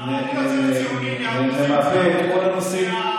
נמפה את כל הנושאים,